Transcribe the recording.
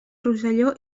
rosselló